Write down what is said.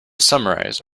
summarize